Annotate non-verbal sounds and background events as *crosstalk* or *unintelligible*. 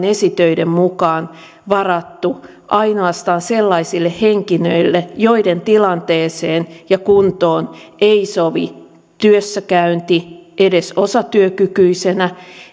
*unintelligible* esitöiden mukaan varattu ainoastaan sellaisille henkilöille joiden tilanteeseen ja kuntoon ei sovi työssäkäynti edes osatyökykyisenä